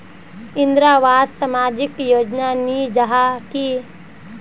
इंदरावास सामाजिक योजना नी जाहा की?